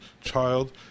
child